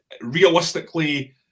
realistically